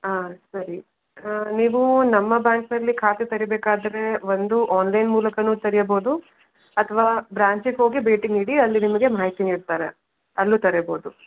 ಆಂ ಸರಿ ಹಾಂ ನೀವು ನಮ್ಮ ಬ್ಯಾಂಕ್ನಲ್ಲಿ ಖಾತೆ ತೆರಿಬೇಕಾದ್ರೆ ಒಂದು ಆನ್ಲೈನ್ ಮೂಲಕಾನೂ ತೆರೆಯಬೌದು ಅಥವಾ ಬ್ರಾಂಚ್ಗೆ ಹೋಗಿ ಭೇಟಿ ನೀಡಿ ಅಲ್ಲಿ ನಿಮಗೆ ಮಾಹಿತಿ ನೀಡ್ತಾರೆ ಅಲ್ಲೂ ತೆರೆಬೌದು